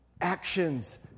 actions